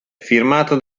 firmato